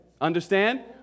Understand